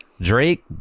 drake